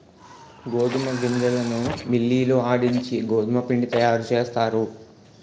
గోధుమ గింజలను మిల్లి లో ఆడించి గోధుమపిండి తయారుచేస్తారు